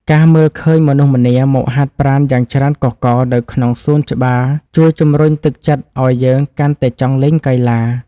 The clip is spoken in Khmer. ការមើលឃើញមនុស្សម្នាមកហាត់ប្រាណយ៉ាងច្រើនកុះករនៅក្នុងសួនច្បារជួយជម្រុញទឹកចិត្តឱ្យយើងកាន់តែចង់លេងកីឡា។